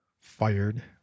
fired